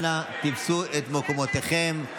אנא תפסו את מקומותיכם.